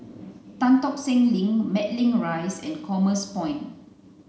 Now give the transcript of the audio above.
Tan Tock Seng Link Matlock Rise and Commerce Point